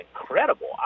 incredible